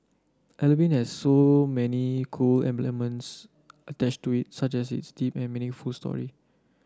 Halloween has so many cool elements attached to it such as its deep and meaningful story